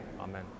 Amen